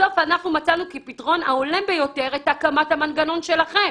בסוף אנחנו מצאנו כפתרון ההולם ביותר את הקמת המנגנון שלכם.